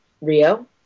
Rio